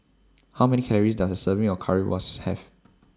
How Many Calories Does A Serving of Currywurst Have